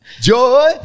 Joy